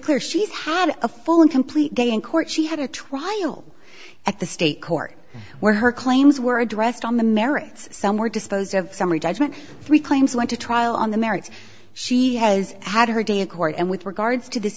clear she's had a full and complete day in court she had a trial at the state court where her claims were addressed on the merits somewhere dispose of summary judgment three claims went to trial on the merits she has had her day in court and with regards to this